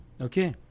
Okay